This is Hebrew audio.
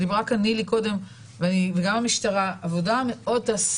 דיברה כאן נילי קודם וגם המשטרה עוד תעשה